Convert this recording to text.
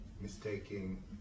mistaking